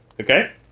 Okay